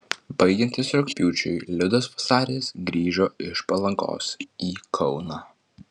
baigiantis rugpjūčiui liudas vasaris grįžo iš palangos į kauną